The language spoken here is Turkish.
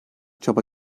çaba